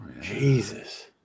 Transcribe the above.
Jesus